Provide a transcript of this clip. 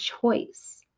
choice